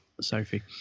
sophie